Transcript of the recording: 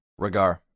Regar